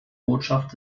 botschaft